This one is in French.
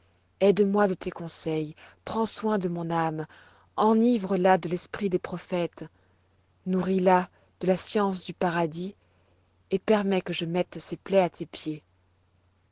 aide-moi de tes conseils prends soin de mon âme enivre la de l'esprit des prophètes nourris la de la science du paradis et permets que je mette ses plaies à tes pieds